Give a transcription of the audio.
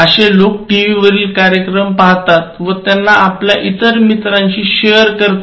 अशे लोक टीव्ही वरील कार्यक्रम पाहतात व त्यांना आपल्या इतर मित्रांशी शेअर करतात